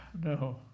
no